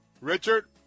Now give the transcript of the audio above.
Richard